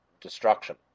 destruction